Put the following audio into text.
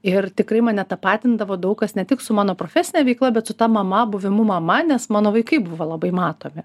ir tikrai mane tapatindavo daug kas ne tik su mano profesine veikla bet su ta mama buvimu mama nes mano vaikai buvo labai matomi